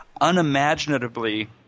unimaginably